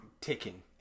ticking